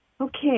Okay